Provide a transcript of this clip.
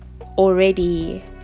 already